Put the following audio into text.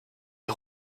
est